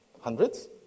hundreds